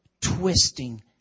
twisting